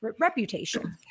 reputation